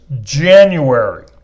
January